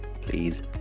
please